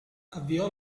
avviò